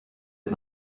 est